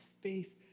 faith